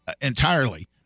entirely